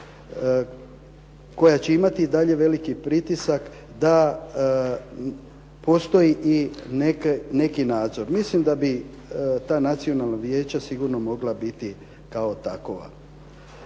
koja će imati i dalje veliki pritisak da postoji i neki nadzor. Mislim da bi ta nacionalna vijeća sigurno mogla biti kao takova.